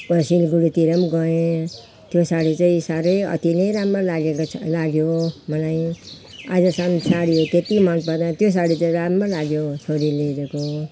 सिलगढीतिर पनि गएँ त्यो साडी चाहिँ साह्रै अति नै राम्रो लागेको छ लाग्यो मलाई अहिलेसम्म साडीहरू त्यति मनपरेन त्यो साडी त राम्रो लाग्यो छोरीले ल्याइदिएको